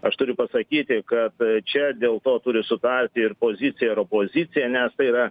aš turiu pasakyti kad čia dėl to turi sutarti ir pozicija opozicija nes tai yra